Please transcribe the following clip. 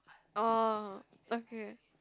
orh okay